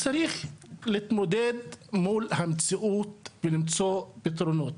צריך להתמודד מול המציאות ולמצוא פתרונות.